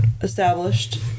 established